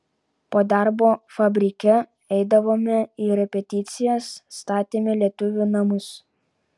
po darbo fabrike eidavome į repeticijas statėme lietuvių namus